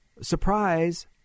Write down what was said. Surprise